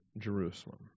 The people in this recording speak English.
Jerusalem